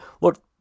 look